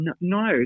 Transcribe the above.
no